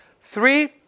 Three